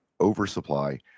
oversupply